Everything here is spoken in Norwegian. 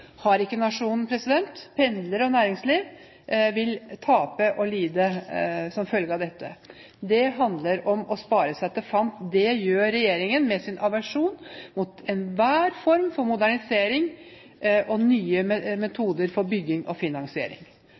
har ikke nasjonen. Pendlere og næringsliv vil tape og lide som følge av dette. Det handler om å spare seg til fant. Det gjør regjeringen med sin aversjon mot enhver form for modernisering og nye metoder for bygging og finansiering.